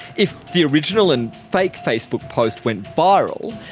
if the original and fake facebook post went viral,